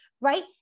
Right